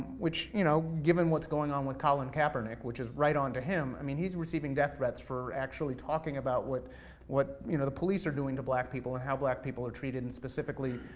which, you know, given what's going on with colin kaepernick, which is right on to him, i mean, he's receiving death threats for actually talking about what what you know the police are doing to black people, and how black people are treated. and specifically,